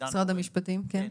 דן אורן,